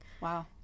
Wow